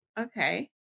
Okay